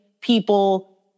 people